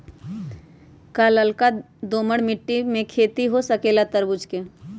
का लालका दोमर मिट्टी में खेती हो सकेला तरबूज के?